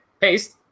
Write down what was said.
paste